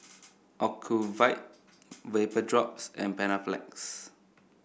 Ocuvite Vapodrops and Panaflex